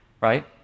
right